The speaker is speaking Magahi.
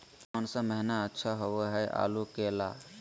कौन सा महीना अच्छा होइ आलू के ला?